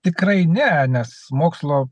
tikrai ne nes mokslo